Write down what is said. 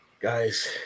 guys